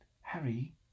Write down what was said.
Harry